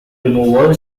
removal